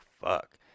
fuck